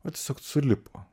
vat tiesiog sulipo